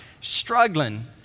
struggling